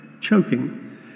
choking